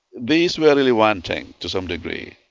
these were really wanting to some degree.